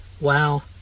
Wow